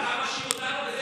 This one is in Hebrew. לא,